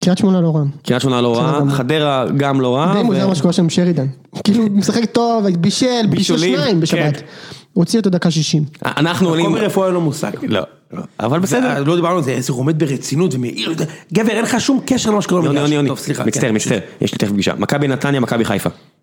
קריית שמונה לא רעה, קריית שמונה לא רעה, חדרה גם לא רעה, ואם הוא ידע מה שקורה שם עם שרידן, כאילו הוא משחק טוב, בישל, בישולים, בישל שניים בשבת, הוא הוציא אותו דקה 60. אנחנו עולים, קובי רפואה אין לו מושג, אבל בסדר, לא דיברנו על זה, זה עומד ברצינות ומעיר, גבר אין לך שום קשר ממש כלום, יוני, יוני, סליחה, מצטער, מצטער, יש לי תכף פגישה, מכבי נתניה, מכבי חיפה.